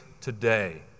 today